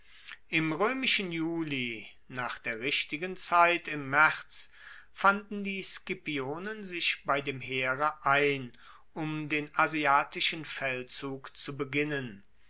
im roemischen juli nach der richtigen zeit im maerz fanden die scipionen sich bei dem heere ein um den asiatischen feldzug zu beginnen